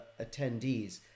attendees